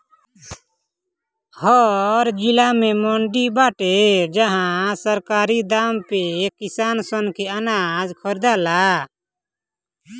हर जिला में मंडी बाटे जहां सरकारी दाम पे किसान सन के अनाज खरीदाला